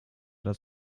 das